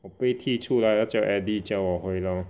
我被踢出来他叫 Eddie 加我回 lor